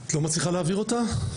את לא מצליחה להעביר אותה?